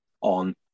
on